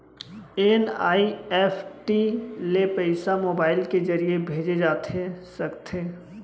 NEFT ले पइसा mobile के ज़रिए भेजे जाथे सकथे?